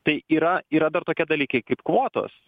tai yra yra dar tokie dalykai kaip kvotos